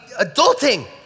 adulting